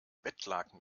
bettlaken